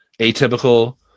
atypical